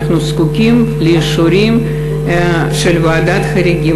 אנחנו זקוקים לאישורים של ועדת חריגים.